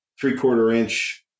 three-quarter-inch